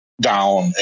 down